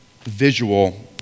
visual